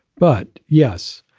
but yes,